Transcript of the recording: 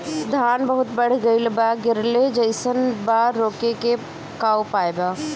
धान बहुत बढ़ गईल बा गिरले जईसन बा रोके क का उपाय बा?